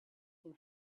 were